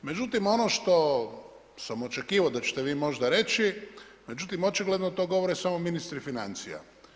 Međutim, ono što sam očekivao da ćete vi možda reći međutim očigledno to govore samo ministri financija.